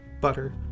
butter